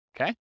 okay